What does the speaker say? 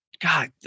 God